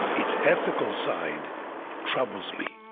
its ethical side troubles me.